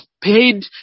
paid